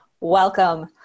welcome